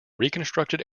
reconstructed